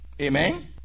Amen